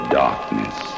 darkness